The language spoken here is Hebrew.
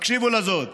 הקשיבו לזאת: